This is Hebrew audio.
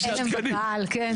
הלם בקהל, כן.